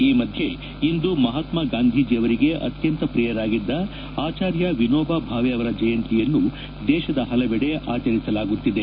ಈ ಮಧ್ಯೆ ಇಂದು ಮಹಾತ್ನ ಗಾಂಧೀಜಿ ಅವರಿಗೆ ಅತ್ನಂತ ಪ್ರಿಯರಾಗಿದ್ದ ಆಚಾರ್ಯ ವಿನೋಬಾ ಭಾವೆ ಅವರ ಜಯಂತಿಯನ್ನು ದೇಶದ ಹಲವೆಡೆ ಆಚರಿಸಲಾಗುತ್ತಿದೆ